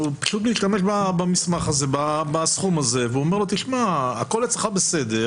הוא פשוט משתמש בסכום הזה והוא אומר לו: הכול אצלך בסדר,